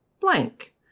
blank